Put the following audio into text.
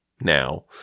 now